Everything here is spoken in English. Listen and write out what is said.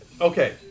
Okay